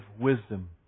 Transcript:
wisdom